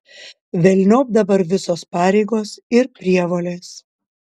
velniop dabar visos pareigos ir prievolės